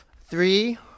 Three